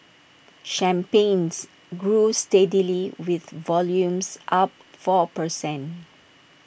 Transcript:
champagnes grew steadily with volumes up four per cent